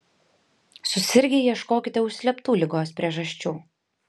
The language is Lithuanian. susirgę ieškokite užslėptų ligos priežasčių